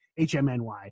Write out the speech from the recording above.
HMNY